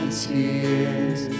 tears